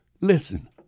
Listen